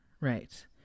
right